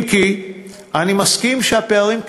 אם כי אני מסכים שהפערים קיימים,